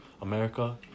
America